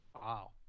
Wow